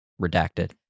Redacted